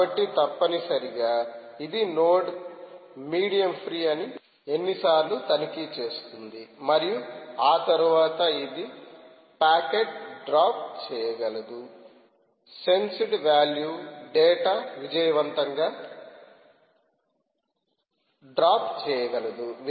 కాబట్టి తప్పనిసరిగా ఇది నోడ్ మీడియం ఫ్రీఅని ఎన్నిసార్లు తనిఖీ చేస్తుంది మరియు ఆ తరువాత ఇది ప్యాకెట్ డ్రాప్ చేయగలదు సెన్సెడ్ వాల్యూ డేటా విజయవంతంగా డ్రాప్ చేయగలదు